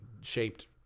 shaped